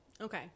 Okay